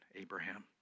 Abraham